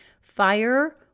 fire